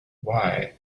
why